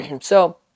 So-